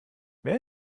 wer